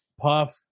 Puff